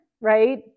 right